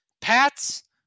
Pats